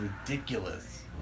ridiculous